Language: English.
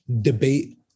debate